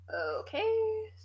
Okay